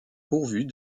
pourvues